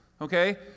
Okay